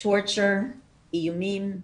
עינויים.